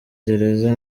gereza